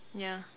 ya